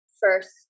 first